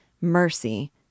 Mercy